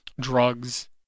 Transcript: drugs